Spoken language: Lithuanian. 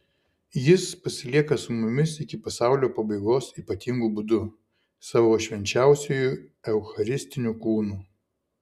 jis pasilieka su mumis iki pasaulio pabaigos ypatingu būdu savo švenčiausiuoju eucharistiniu kūnu